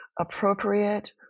appropriate